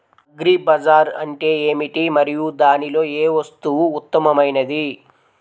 Agri బజార్ అంటే ఏమిటి మరియు దానిలో ఏ వస్తువు ఉత్తమమైనది?